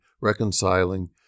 reconciling